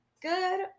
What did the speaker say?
good